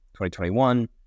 2021